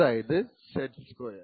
അതായത് Z2 mod n